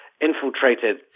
infiltrated